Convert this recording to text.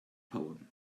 poem